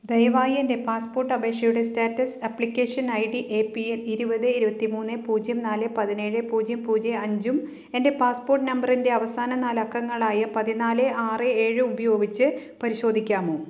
ദയവായി എന്റെ പാസ്പോർട്ട് അപേക്ഷയുടെ status application I D A P A ഇരുപത് ഇരുപത്തി മൂന്ന് മൂന്ന് പൂജ്യം നാല് പതിനേഴ് പൂജ്യം പൂജ്യം അഞ്ചും എന്റെ പാസ്പോർട്ട് നമ്പറിന്റെ അവസാന നാലക്കങ്ങളായ പതിനാല് ആറ് ഏഴും ഉപയോഗിച്ച് പരിശോധിക്കാമോ